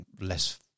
less